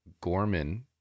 Gorman